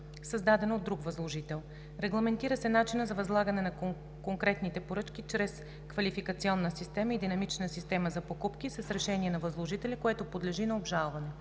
създадена от друг възложител. Регламентира се начинът за възлагане на конкретните поръчки чрез квалификационна система и динамична система за покупки – с решение на възложителя, което подлежи на обжалване.